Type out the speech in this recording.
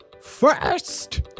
First